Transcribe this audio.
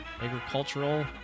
Agricultural